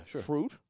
fruit